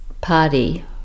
party